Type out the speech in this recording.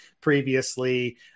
previously